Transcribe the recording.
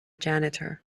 janitor